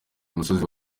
umusozi